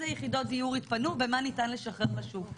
יחידות דיור התפנו ומה ניתן לשחרר לשוק.